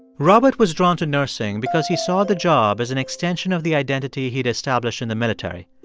robert was drawn to nursing because he saw the job as an extension of the identity he'd established in the military.